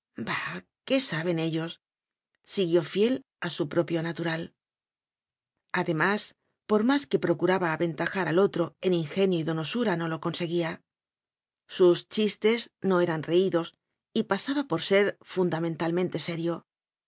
qué saben ellos siguió fiel a su propio natural ade más por más que procuraba aventajar al otro en ingenio y donosura no lo conseguía sus chistes no eran reídos y pasaba por ser fundamentalmente serio